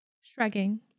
Shrugging